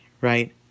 right